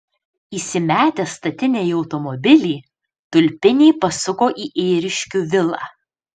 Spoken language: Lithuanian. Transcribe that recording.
įsimetę statinę į automobilį tulpiniai pasuko į ėriškių vilą